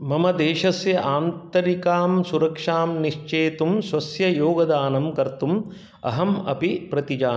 मम देशस्य आन्तरिकां सुरक्षां निश्चेतुं स्वस्य योगदानं कर्तुम् अहम् अपि प्रतिजाने